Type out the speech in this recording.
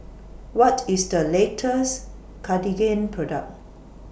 What IS The latest Cartigain Product